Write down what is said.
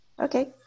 Okay